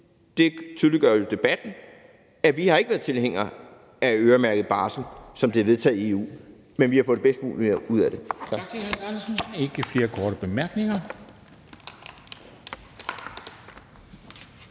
det tydeliggør debatten, at vi ikke har været tilhængere af øremærket barsel, som det er vedtaget i EU, men vi har fået det bedste mulige ud af det.